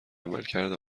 عملکرد